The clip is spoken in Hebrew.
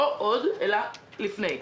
לא עוד אלא לפני.